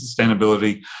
sustainability